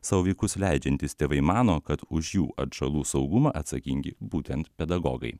savo vaikus leidžiantys tėvai mano kad už jų atžalų saugumą atsakingi būtent pedagogai